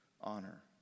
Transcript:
honor